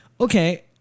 Okay